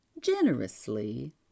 generously